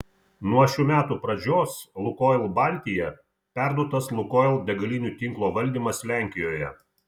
nuo šių metų pradžios lukoil baltija perduotas lukoil degalinių tinklo valdymas lenkijoje